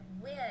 win